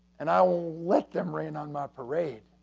and i won't let them rain on my parade.